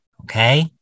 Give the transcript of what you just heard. okay